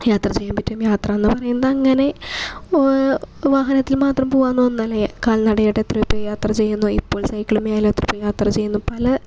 യാത്ര ചെയ്യാൻ പറ്റും യാത്ര എന്ന് പറയുന്നത് അങ്ങനെ വാ വാഹനത്തിൽ മാത്രം പോകാവുന്ന ഒന്നല്ല കാൽനടയായിട്ട് എത്രയോ പേര് യാത്ര ചെയ്യുന്നു ഇപ്പോൾ സൈക്കിൾ മേൽ എത്ര പേര് യാത്ര ചെയ്യുന്നു പല